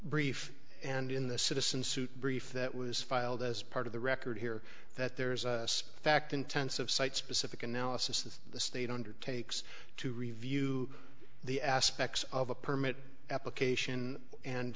brief and in the citizen suit brief that was filed as part of the record here that there is a fact intensive site specific analysis that the state undertakes to review the aspects of the permit application and